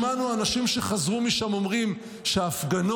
שמענו אנשים שחזרו משם אומרים שההפגנות,